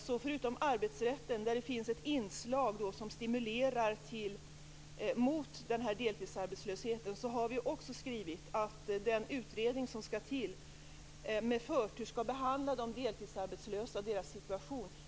Inom ramen för arbetsrätten finns ett inslag som stimulerar mot deltidsarbetslösheten. Dessutom har vi skrivit att den utredning som skall tillsättas med förtur skall behandla de deltidsarbetslösas situation.